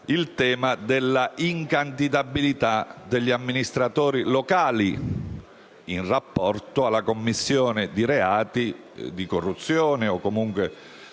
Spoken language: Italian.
il tema dell'incandidabilità degli amministratori locali in rapporto alla commissione di reati di corruzione o comunque